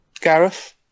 Gareth